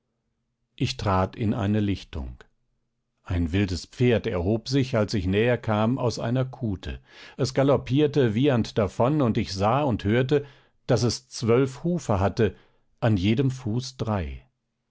ich trat in eine lichtung ein wildes pferd erhob sich als ich näher kam aus einer kute es galoppierte wiehernd davon und ich sah und hörte daß es zwölf hufe hatte an jedem fuß drei